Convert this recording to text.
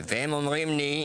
והם אומרים לי תשמע,